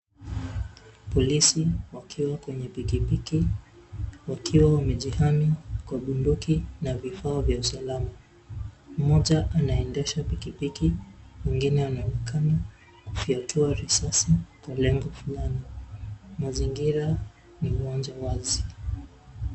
Polisi wakiwa kwenye pikipiki, wakiwa wamejihami kwa bunduki na vifaa vya usalama. Mmoja anaendesha pikipiki. Mwingine anaonekana kufyatua risasi kwa lengo fulani. Mazingira ni uwanja wazi.